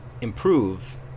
improve